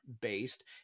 based